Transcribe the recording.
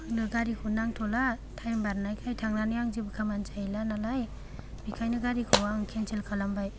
आंनो गारिखौ नांथ'ला थाइम बारनायखाय थांनानै जेबो खामानि जाहैला नालाय बेखायनो गारिखौ आं केनसेल खालामबाय